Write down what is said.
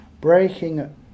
breaking